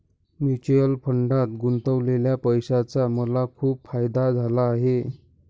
mutual फंडात गुंतवलेल्या पैशाचा मला खूप फायदा झाला आहे